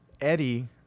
eddie